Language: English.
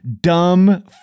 dumb